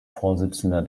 vorsitzender